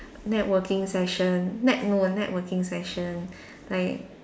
networking session net~ no networking session like